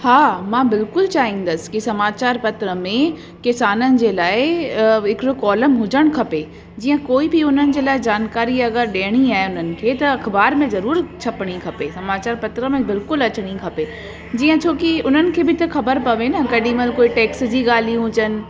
हा मां बिल्कुलु चाहींदसि कि समाचारु पत्र में किसाननि जे लाइ हिकिड़ो कोलम हुजणु खपे जीअं कोई बि हुननि जे लाइ जानकारी अगरि ॾियणी आहे उन्हनि खे त अख़बार में ज़रूरु छपिणी खपे समाचारु पत्र में बिल्कुलु अचिणी खपे जीअं छोकी उन्हनि खे बि त ख़बर पवे न केॾी महिल कोई टैक्स जी ॻाल्हियूं हुजनि